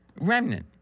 Remnant